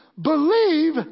believe